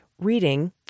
reading